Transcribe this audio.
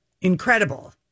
incredible